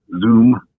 Zoom